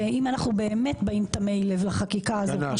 אם אנחנו באמת באים תמי לב לחקיקה הזאת,